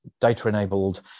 data-enabled